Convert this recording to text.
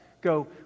go